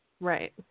Right